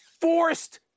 Forced